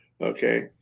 okay